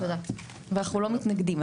אבל אנחנו לא מתנגדים.